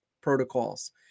protocols